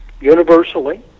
universally